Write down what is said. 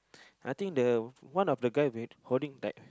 I think the one of the guy that holding like